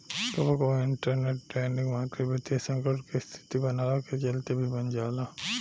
कबो कबो इंटरमेंट लैंडिंग मार्केट वित्तीय संकट के स्थिति बनला के चलते भी बन जाला